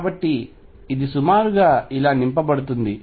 కాబట్టి ఇది సుమారుగా ఇలా నింపబడుతుంది